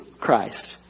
Christ